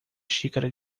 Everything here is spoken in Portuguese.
xícara